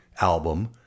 album